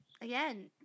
Again